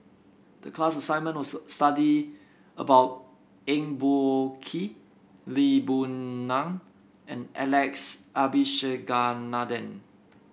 the class assignment was to study about Eng Boh Kee Lee Boon Ngan and Alex Abisheganaden